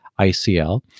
ICL